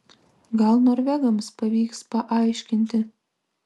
gal norvegams pavyks paaiškinti